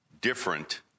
different